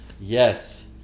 Yes